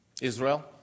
Israel